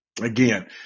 again